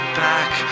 back